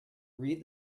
read